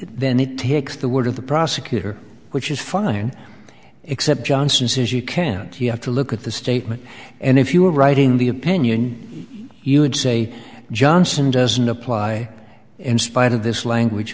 then he takes the word of the prosecutor which is fine except johnson says you can't you have to look at the statement and if you were writing the opinion you would say johnson doesn't apply in spite of this language